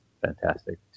fantastic